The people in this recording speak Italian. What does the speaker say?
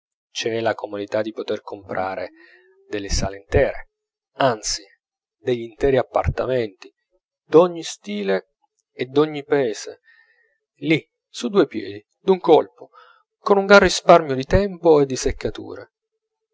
c'è la comodità di poter comprare delle sale intere anzi degl'interi appartamenti d'ogni stile e d'ogni paese lì su due piedi d'un colpo con un gran risparmio di tempo e di seccature